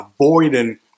avoiding